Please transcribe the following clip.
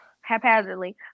haphazardly